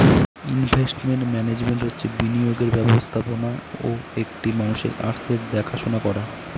investment management হচ্ছে বিনিয়োগের ব্যবস্থাপনা ও একটা মানুষের আসেটসের দেখাশোনা করা